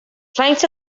faint